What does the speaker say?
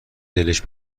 دلش